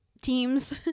team's